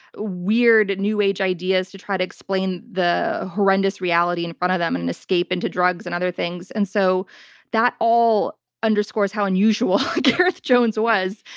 weird, new age ideas to try to explain the horrendous reality in front of them and and escape into drugs and other things. and so that all underscores how unusual gareth jones was,